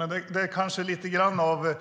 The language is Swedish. Men det kanske finns lite grann av